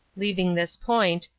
leaving this point,